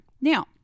Now